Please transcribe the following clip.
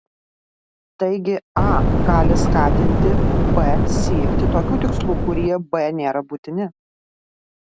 taigi a gali skatinti b siekti tokių tikslų kurie b nėra būtini